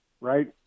right